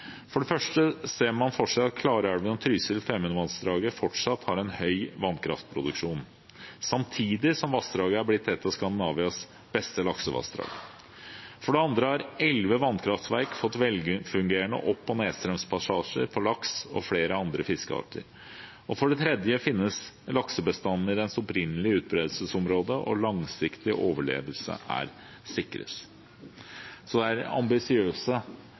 For det første ser man for seg at Klarälven og Trysil- og Femundvassdraget fortsatt har en høy vannkraftproduksjon, samtidig som vassdraget har blitt et av Skandinavias beste laksevassdrag. For det andre har elleve vannkraftverk fått velfungerende opp- og nedstrømspassasjer for laks og flere andre fiskearter. For det tredje finnes laksebestanden i dens opprinnelige utbredelsesområde, og langsiktig overlevelse er sikret. Så det er ambisiøse